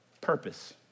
purpose